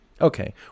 Okay